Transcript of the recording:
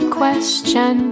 question